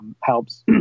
helps